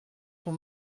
ton